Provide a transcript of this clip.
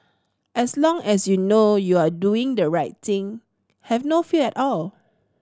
as long as you know you are doing the right thing have no fear at all